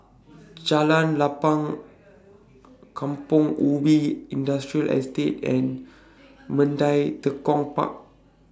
Jalan Lapang Kampong Ubi Industrial Estate and Mandai Tekong Park